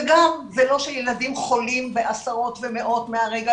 וגם זה לא שילדים חולים בעשרות ומאות מהרגע